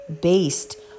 based